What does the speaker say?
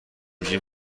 میشی